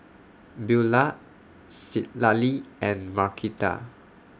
Beaulah Citlali and Markita